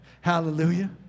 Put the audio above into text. Hallelujah